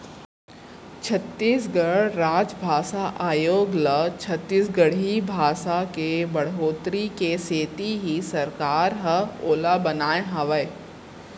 छत्तीसगढ़ राजभासा आयोग ल छत्तीसगढ़ी भासा के बड़होत्तरी के सेती ही सरकार ह ओला बनाए हावय